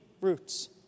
roots